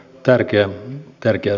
arvoisa puhemies